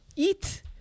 Eat